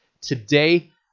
today